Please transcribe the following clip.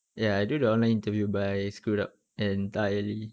ya I do the online interview but I screwed up entirely